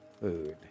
food